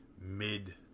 mid